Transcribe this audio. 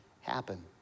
happen